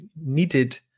needed